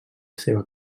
seva